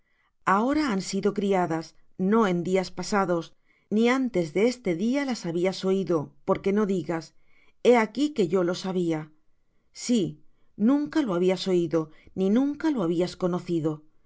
ahora han sido criadas no en días pasados ni antes de este día las habías oído porque no digas he aquí que yo lo sabía sí nunca lo habías oído ni nunca lo habías conocido